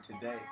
today